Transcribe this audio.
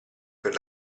per